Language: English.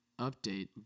update